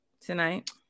tonight